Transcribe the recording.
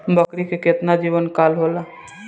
बकरी के केतना जीवन काल होला?